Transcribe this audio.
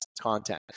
content